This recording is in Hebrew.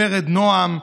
ורד נעם,